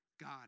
God